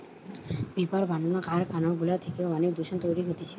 paper বানানো কারখানা গুলা থেকে অনেক দূষণ তৈরী হতিছে